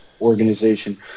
organization